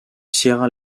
sierra